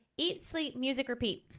eat sleep music repeat.